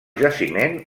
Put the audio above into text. jaciment